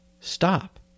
stop